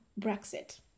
Brexit